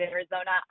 Arizona